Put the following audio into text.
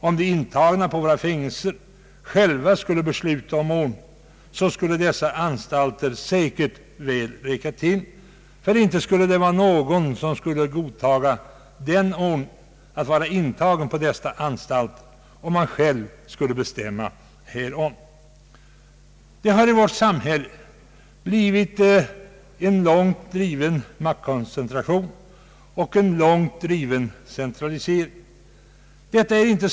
Om de intagna i våra fängelser själva skulle besluta om ordningen, skulle dessa anstalter säkert väl räcka till, ty det skulle inte vara någon som skulle godta ordningen att vara intagen på dessa anstalter, om han själv skulle bestämma härom. Det har i vårt samhälle blivit en långt driven maktkoncentration och en långt driven centralisering.